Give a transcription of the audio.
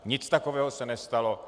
Nic takového se nestalo.